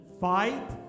Fight